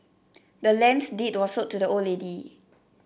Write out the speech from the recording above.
the land's deed was sold to the old lady